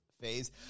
phase